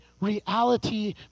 reality